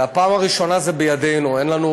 ובפעם הראשונה זה בידינו, אין לנו